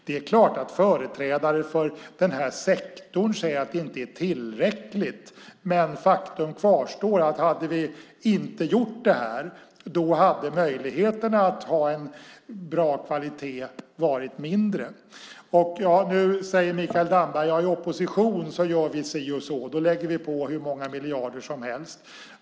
Det är klart att företrädare för sektorn säger att det inte är tillräckligt, men faktum kvarstår att om vi inte hade gjort det hade möjligheterna till bra kvalitet varit mindre. Nu säger Mikael Damberg att de i opposition gör si och så, att de lägger på hur många miljarder som helst.